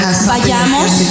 vayamos